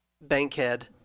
Bankhead